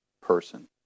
person